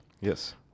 yes